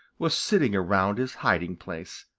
was sitting around his hiding place,